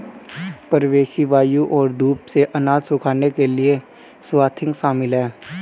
परिवेशी वायु और धूप से अनाज सुखाने के लिए स्वाथिंग शामिल है